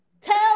tell